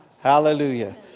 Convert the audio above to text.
Hallelujah